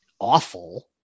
awful